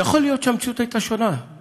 יכול להיות שהמציאות הייתה שונה,